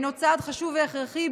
שהוא צעד חשוב והכרחי,